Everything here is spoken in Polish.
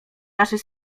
naszej